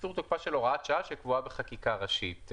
קיצור תוקפה של הוראת שעה, שקבועה בחקיקה ראשית.